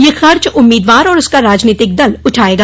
यह खर्च उम्मीदवार और उसका राजनीतिक दल उठायेगा